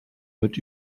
mit